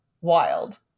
Wild